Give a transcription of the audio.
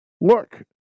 look